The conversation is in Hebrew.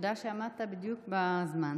ותודה שעמדת בדיוק בזמן.